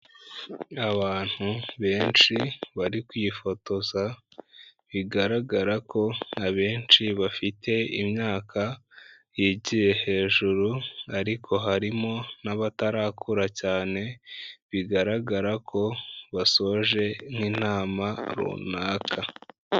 Abantu benshi bari kwifotoza, bigaragara ko abenshi bafite imyaka yigiye hejuru ariko harimo n'abatarakura cyane, bigaragara ko basoje nk'intama runaka.